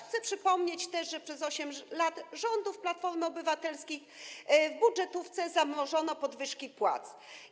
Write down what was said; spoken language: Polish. Chcę też przypomnieć, że przez 8 lat rządów Platformy Obywatelskiej w budżetówce zamrożono podwyżki płac.